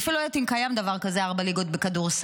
אני אפילו לא יודעת אם קיים דבר כזה ארבע ליגות בכדורסל,